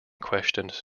questioned